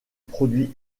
produits